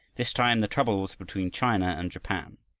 this time the trouble was between china and japan.